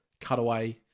cutaway